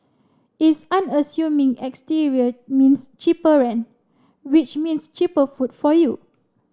its unassuming exterior means cheaper rent which means cheaper food for you